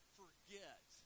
forget